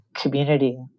community